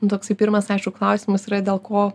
nu toksai pirmas aišku klausimas yra dėl ko